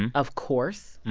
and of course,